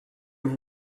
vous